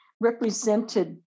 represented